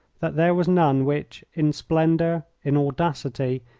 there was none which, in splendour, in audacity,